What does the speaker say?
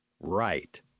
Right